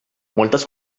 moltes